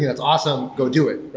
it's awesome. go do it.